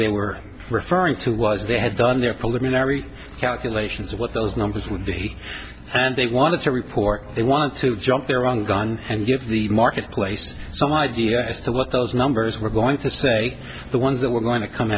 they were referring to was they had done their call them in every calculations of what those numbers would be and they wanted to report they wanted to jump their own gun and get the marketplace some idea as to what those numbers were going to say the ones that were going to come